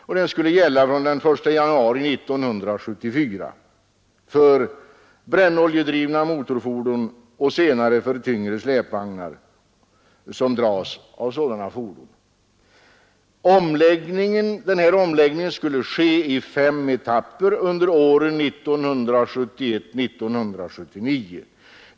Det systemet skulle gälla från den 1 januari 1974 för brännoljedrivna motorfordon och senare för tyngre släpvagnar, som dras av sådana fordon. Omläggningen skulle ske i fem etapper under åren 1971—1979.